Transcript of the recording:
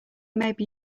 maybe